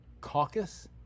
caucus